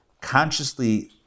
consciously